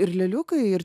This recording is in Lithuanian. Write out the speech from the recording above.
ir lėliukai ir